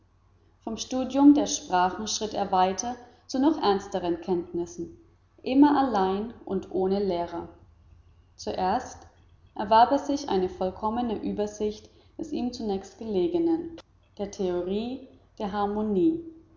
vom studium der sprachen schritt er weiter zu noch ernsteren kenntnissen immer allein und ohne lehrer zuerst erwarb er sich eine vollkommene übersicht des ihm zunächst gelegenen der theorie der harmonie